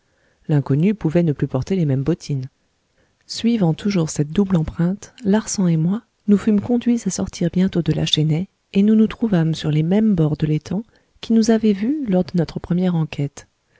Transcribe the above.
l'inconnu pouvait ne plus porter les mêmes bottines suivant toujours cette double empreinte larsan et moi nous fûmes conduits à sortir bientôt de la chênaie et nous nous trouvâmes sur les mêmes bords de l'étang qui nous avaient vus lors de notre première enquête